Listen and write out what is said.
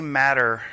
matter